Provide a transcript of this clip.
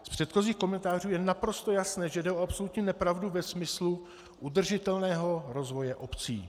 Z předchozích komentářů je naprosto jasné, že jde o absolutní nepravdu ve smyslu udržitelného rozvoje obcí.